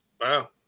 Wow